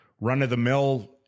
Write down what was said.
run-of-the-mill